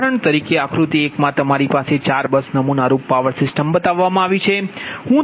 ઉદાહરણ તરીકે આકૃતિ 1 મા તમારી પાસે ચાર બસ નમૂના રૂપ પાવર સિસ્ટમ બતાવવામાં આવી છે